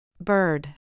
Bird